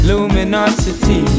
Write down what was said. Luminosity